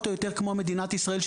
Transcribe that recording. פחות או יותר כמו מדינת ישראל,